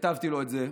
וכתבתי לו את זה,